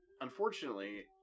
unfortunately